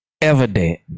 evident